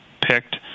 picked